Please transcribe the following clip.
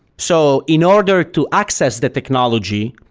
so in order to access the technology,